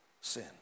sin